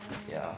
yeah